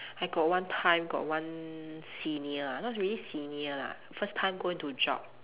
I got one time got one senior ah not really senior lah first time go into job